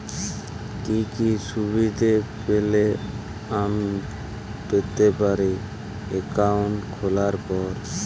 কি কি সুবিধে পেতে পারি একাউন্ট খোলার পর?